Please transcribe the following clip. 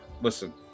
listen